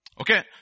Okay